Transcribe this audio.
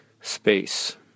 space